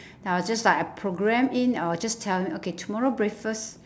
then I'll just like I program in or just tell them okay tomorrow breakfast